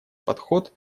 подход